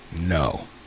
No